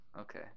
Okay